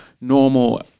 normal